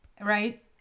right